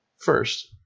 First